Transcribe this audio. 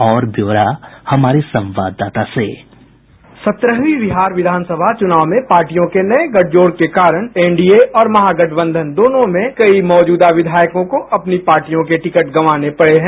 और ब्यौरा हमारे संवाददाता से बाईट सत्रहवीं बिहार विधान सभा चुनाव में पार्टियों के नये गठजोड के कारण एनडीए और महा गठबंधन दोनों में कई मौजूदा विधायकों को अपनी पार्टियों के टिकट गंवाने पडे हैं